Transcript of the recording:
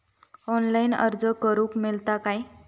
Online अर्ज करूक मेलता काय?